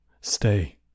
Stay